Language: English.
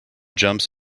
jumps